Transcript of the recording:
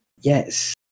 Yes